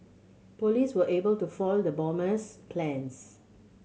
police were able to foil the bomber's plans